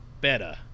better